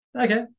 Okay